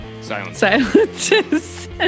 Silence